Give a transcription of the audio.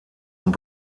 und